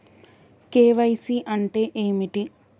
KYC అంటే ఏమిటి?